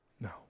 No